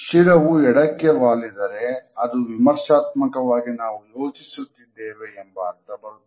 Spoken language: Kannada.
ಶಿರವು ಎಡಕ್ಕೆ ವಾಲಿದರೆ ಅದು ವಿಮರ್ಶಾತ್ಮಕವಾಗಿ ನಾವು ಯೋಚಿಸುತ್ತಿದ್ದೇವೆ ಎಂಬ ಅರ್ಥ ಬರುತ್ತದೆ